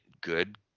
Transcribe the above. good